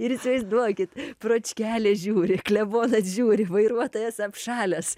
ir įsivaizduokit pročkelė žiūri klebonas žiūri vairuotojas apšalęs